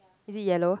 is it yellow